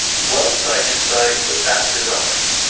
one side decides that that's enough